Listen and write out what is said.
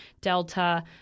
Delta